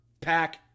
Pack